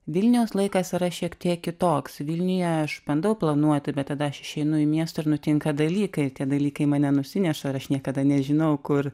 vilniaus laikas yra šiek tiek kitoks vilniuje aš bandau planuoti bet tada aš išeinu į miestą ir nutinka dalykai tie dalykai mane nusineša ir aš niekada nežinau kur